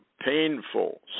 painful